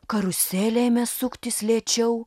karuselė ėmė suktis lėčiau